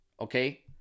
okay